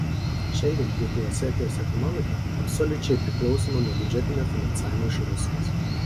šiandien pietų osetijos ekonomika absoliučiai priklausoma nuo biudžetinio finansavimo iš rusijos